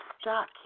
stuck